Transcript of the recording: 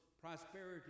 prosperity